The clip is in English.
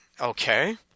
Okay